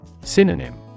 Synonym